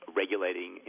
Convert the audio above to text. regulating